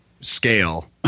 scale